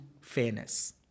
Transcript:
fairness